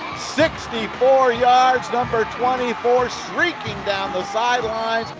sixty four yards. number twenty four streaking down the sideline.